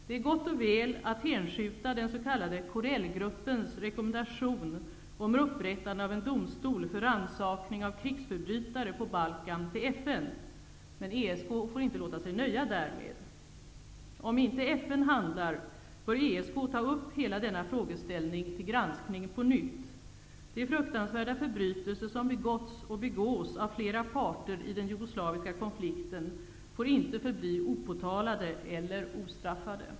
Det är gott och väl att hänskjuta den s.k. Balkan till FN, men ESK får inte låta nöja sig därmed. Om inte FN handlar, bör ESK ta upp hela denna frågeställning till granskning på nytt. De fruktansvärda förbrytelser som begåtts och begås av flera parter i den jugoslaviska konflikten får inte förbli opåtalade och ostraffade.